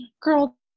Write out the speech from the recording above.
girl